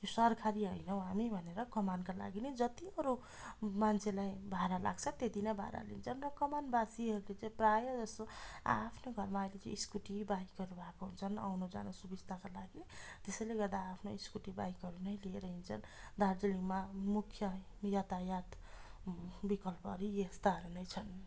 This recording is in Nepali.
सरकारी होइनौँ हामी भनेर कमानका लागि नै जति अरू मान्छेलाई भाडा लाग्छ त्यति नै भाडा लिन्छन् र कमानवासीहरूले चाहिँ प्रायजसो आ आफ्नै घरमा अहिले चाहिँ स्कुटी बाइकहरू भएको हुन्छन् आउन जान सुबिस्ताको लागि त्यसैले गर्दा आफ्नो स्कुटी बाइकहरू नै लिएर हिँड्छन् दार्जिलिङमा मुख्य यातायात विकल्पहरू यस्ताहरू नै छन्